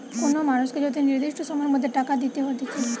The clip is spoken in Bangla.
কোন মানুষকে যদি নির্দিষ্ট সময়ের মধ্যে টাকা দিতে হতিছে